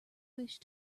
wish